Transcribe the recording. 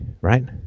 right